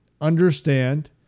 understand